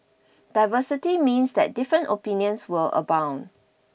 diversity means that different opinions will abound